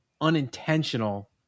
unintentional